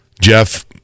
Jeff